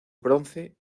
bronce